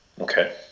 Okay